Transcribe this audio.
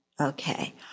okay